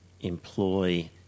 employ